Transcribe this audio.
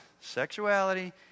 sexuality